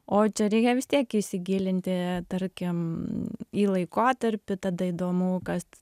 o čia reikia vis tiek įsigilinti tarkim į laikotarpį tada įdomu kas